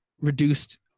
reduced